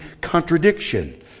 contradiction